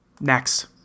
Next